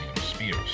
spears